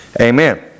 Amen